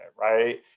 right